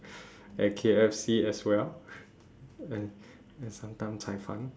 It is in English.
and K_F_C as well and and sometimes cai-fan